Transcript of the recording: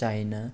China